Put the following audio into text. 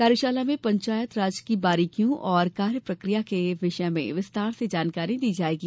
कार्यशाला में पंचायत राज की बारीकियों और कार्य प्रक्रिया के विषय में विस्तार से जानकारी दी जाएगी